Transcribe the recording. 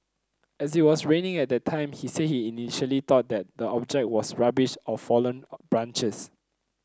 as it was raining at the time he said he initially thought that the object was rubbish or fallen branches